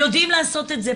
יודעים לעשות את זה.